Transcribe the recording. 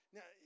Now